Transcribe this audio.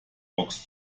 box